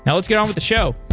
yeah let's get on with the show